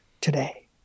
today